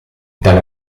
tale